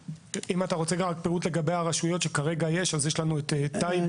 אם אתה רוצה גם את פירוט לגבי הרשויות שכרגע יש יש לנו את טייבה,